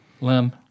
Lem